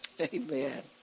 Amen